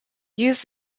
used